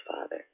Father